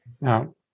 Now